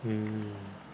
mm